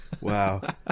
Wow